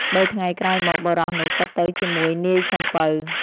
បីថ្ងៃក្រោយមក បុរសនោះក៏ទៅជាមួយនាយសំពៅ។